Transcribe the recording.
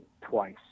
twice